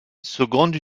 seconde